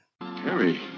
Harry